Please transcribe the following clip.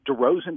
DeRozan